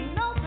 no